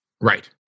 Right